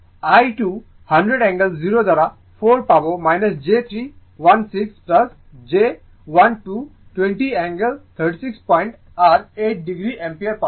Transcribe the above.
I 2 100 angle 0 দ্বারা 4 পাব j 3 16 j 12 20 angle 36 point আর 8o অ্যাম্পিয়ার পাবেন